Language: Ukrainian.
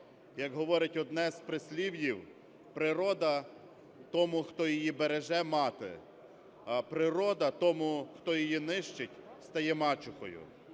Як говорить одне з прислів'їв: природа тому, хто її береже, - мати; природа тому, хто її нищить, стає мачухою.